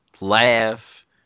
laugh